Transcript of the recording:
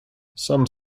some